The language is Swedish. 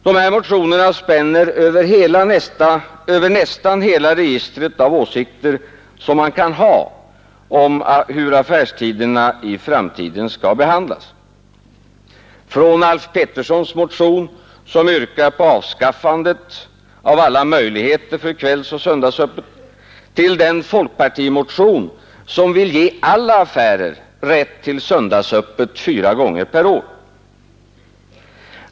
De motionerna spänner över nästan hela registret av åsikter som man kan ha om hur affärstiderna i framtiden skall behandlas, från Alf Petterssons motion, som yrkar på avskaffandet av alla möjligheter för kvällsoch söndagsöppet, till den folkpartimotion som vill ge alla affärer rätt till söndagsöppet fyra gånger per år.